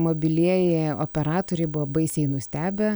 mobilieji operatoriai buvo baisiai nustebę